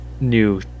new